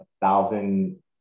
thousand